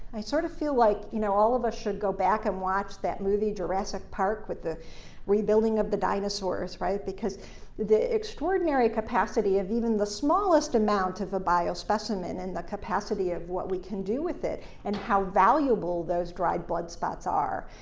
i sort of feel like, you know, all of us should go back and watch that movie jurassic park, with the rebuilding of the dinosaurs, right? because the extraordinary capacity of even the smallest amount of a biospecimens, and the capacity of what we can do with it, and how valuable those dried blood spots are.